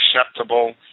acceptable